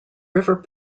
river